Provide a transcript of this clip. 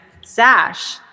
Sash